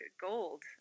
gold